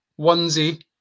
Onesie